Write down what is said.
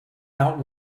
out